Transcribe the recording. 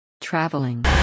Traveling